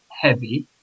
heavy